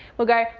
well go,